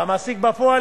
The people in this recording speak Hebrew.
והמעסיק בפועל,